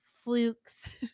flukes